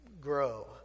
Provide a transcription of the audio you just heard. grow